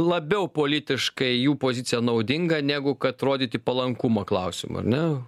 labiau politiškai jų pozicija naudinga negu kad rodyti palankumą klausimui ar ne